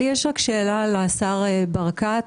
לי יש שאלה לשר ברקת,